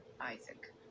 Isaac